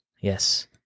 Yes